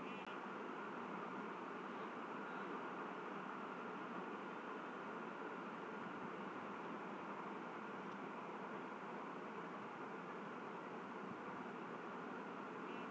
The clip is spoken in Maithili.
जौं अहाँ निर्माता छी तए बेसिस रिस्क मेटेबाक लेल मार्केटिंग समझौता कए लियौ